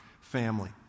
family